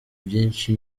byinshi